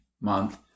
month